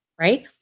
Right